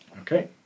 Okay